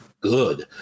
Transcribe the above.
good